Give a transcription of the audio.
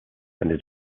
they